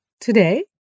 Today